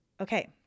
Okay